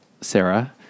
Sarah